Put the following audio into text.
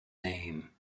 name